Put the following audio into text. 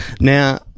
Now